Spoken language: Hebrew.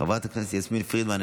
חברת הכנסת יסמין פרידמן,